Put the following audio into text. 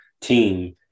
team